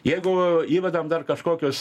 jeigu įvedam dar kažkokius